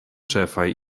ĉefaj